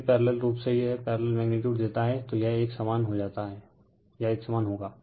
जब भी पैरेलल रूप से यह पैरेलल मैग्नीटीयूड देता है तो यह एक समान होगा